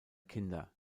kinder